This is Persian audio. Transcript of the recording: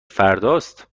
فرداست